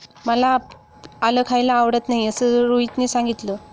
मला आलं खायला आवडत नाही असे रोहितने सांगितले